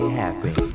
happy